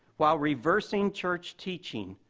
while reversing church teaching,